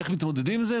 איך מתמודדים עם זה?